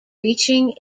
reaching